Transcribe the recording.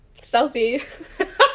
Selfie